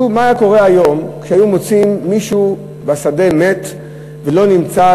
מה קורה היום כשמוצאים מישהו בשדה מת ולא נמצאו